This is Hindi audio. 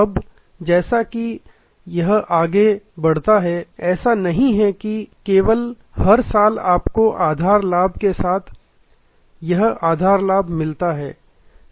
अब जैसा कि यह आगे बढ़ता है ऐसा नहीं है कि केवल हर साल आपको आधार लाभ के साथ यह आधार लाभ मिलता है